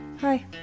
Hi